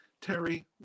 Terry